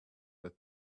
that